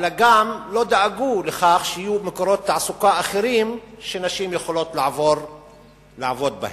אלא גם לא דאגו לכך שיהיו מקורות תעסוקה אחרים שנשים יכולות לעבוד בהם.